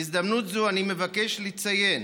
בהזדמנות זו אני מבקש לציין